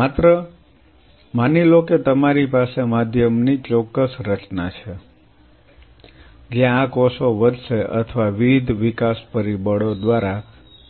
માત્ર માની લો કે તમારી પાસે માધ્યમની ચોક્કસ રચના છે જ્યાં આ કોષો વધશે અથવા વિવિધ વિકાસ પરિબળો દ્વારા